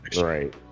Right